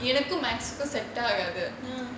எனக்கும்:enakkum mathematics கும்:kum set ஆகாது:aagaathu